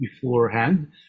beforehand